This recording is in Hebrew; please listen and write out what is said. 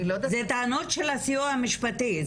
זה טענות של הסיוע המשפטי,